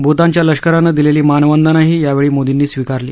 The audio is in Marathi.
भूतानच्या लष्करानं दिलेली मानवंदनाही यावेळी मोर्दीनी स्विकारली